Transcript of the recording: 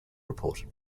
reported